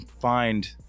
find